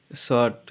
shirt